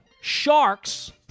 Sharks